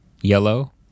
yellow